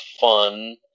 fun